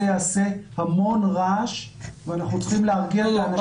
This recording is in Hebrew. יעשה המון רעש ואנחנו צריכים להרגיע את האנשים.